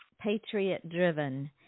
patriot-driven